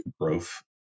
growth